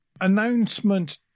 announcement